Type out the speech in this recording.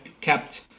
kept